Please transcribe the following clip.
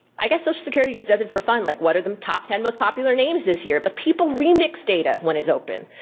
i guess social security just does it for fun. like what are top ten most popular names this year. but people remix data when it's open.